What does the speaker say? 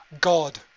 God